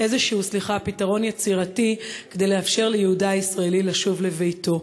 איזשהו פתרון יצירתי כדי לאפשר ליהודה הישראלי לשוב לביתו.